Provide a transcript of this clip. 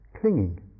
clinging